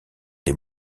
des